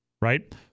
right